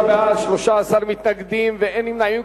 39 בעד, 13 מתנגדים ואין נמנעים.